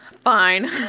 Fine